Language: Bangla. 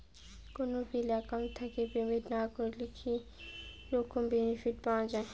কোনো বিল একাউন্ট থাকি পেমেন্ট করলে কি রকম বেনিফিট পাওয়া য়ায়?